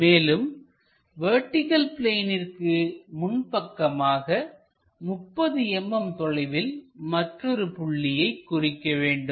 மேலும் வெர்டிகள் பிளேனிற்கு முன்பக்கமாக 30 mm தொலைவில் மற்றொரு புள்ளியை குறிக்க வேண்டும்